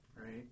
right